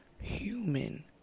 human